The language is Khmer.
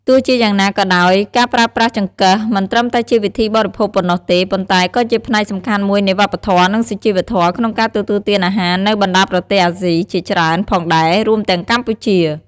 ទោះជាយ៉ាងណាក៏ដោយការប្រើប្រាស់ចង្កឹះ មិនត្រឹមតែជាវិធីបរិភោគប៉ុណ្ណោះទេ ប៉ុន្តែក៏ជាផ្នែកសំខាន់មួយនៃវប្បធម៌ និងសុជីវធម៌ក្នុងការទទួលទានអាហារនៅបណ្ដាប្រទេសអាស៊ីជាច្រើនផងដែរ រួមទាំងកម្ពុជា។